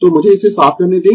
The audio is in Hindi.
तो मुझे इसे साफ करने दें